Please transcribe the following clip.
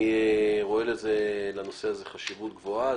אני רואה בנושא הזה חשיבות גבוהה.